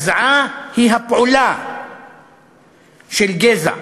הגזעה היא הפעולה של גזע.